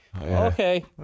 Okay